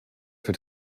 für